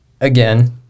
Again